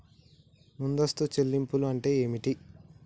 ముందస్తు చెల్లింపులు అంటే ఏమిటి?